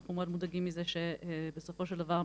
אנחנו מאוד מודאגים מזה שבסופו של דבר,